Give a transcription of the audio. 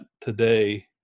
today